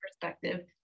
perspective